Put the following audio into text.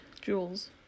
jewels